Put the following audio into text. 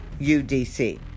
UDC